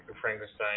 Frankenstein